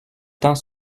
temps